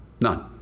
None